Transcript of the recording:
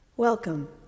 Welcome